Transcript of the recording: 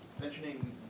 Mentioning